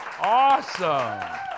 awesome